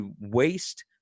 waste